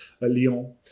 Lyon